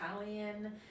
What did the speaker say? Italian